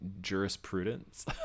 Jurisprudence